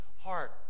heart